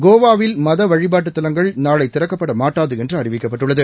கோவாவில் மதவழிபாட்டுத் தலங்கள் நாளை திறக்கப்பட மாட்டாது என்று அறிவிக்கப்பட்டுள்ளது